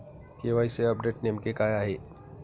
KYC update नेमके काय आहे?